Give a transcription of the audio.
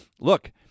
look